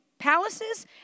palaces